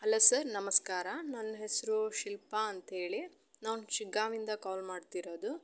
hello sir ನಮಸ್ಕಾರ ನನ್ನ ಹೆಸರು ಶಿಲ್ಪಾ ಅಂತೇಳಿ ನಾನು ಶಿಗ್ಗಾವಿಂದ ಕಾಲ್ ಮಾಡ್ತಿರೋದು